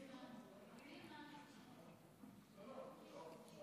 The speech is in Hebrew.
סליחה, ואחר כך מופיד?